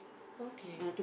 okay